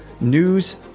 news